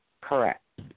Correct